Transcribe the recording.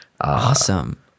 Awesome